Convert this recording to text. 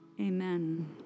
Amen